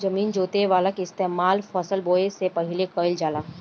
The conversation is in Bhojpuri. जमीन जोते वाला मशीन के इस्तेमाल फसल बोवे से पहिले कइल जाला